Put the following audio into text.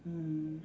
mm